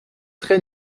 trés